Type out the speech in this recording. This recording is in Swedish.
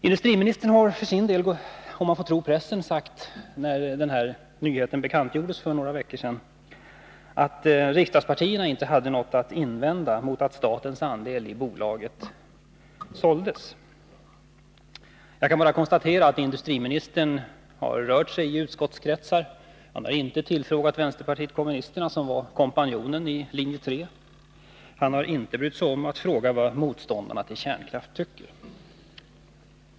Industriministern har för sin del — om man får tro pressen — sagt, när den här nyheten meddelades för några veckor sedan, att riksdagspartierna inte hade något att invända mot att statens andel i bolaget såldes. Jag kan bara konstatera att industriministern har rört sig i utskottskretsar. Han har inte tillfrågat vänsterpartiet kommunisterna, som var kompanjonen i linje 3. Han har inte brytt sig om att fråga vad motståndarna till kärnkraft tycker.